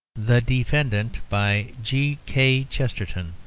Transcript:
the defendant by g. k. chesterton